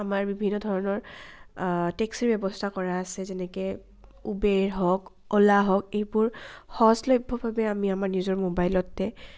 আমাৰ বিভিন্ন ধৰণৰ টেক্সিৰ ব্যৱস্থা কৰা আছে যেনেকে উবেৰ হওক অ'লা হওক এইবোৰ সহজলভ্যভাৱে আমি আমাৰ নিজৰ ম'বাইলতে